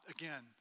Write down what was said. again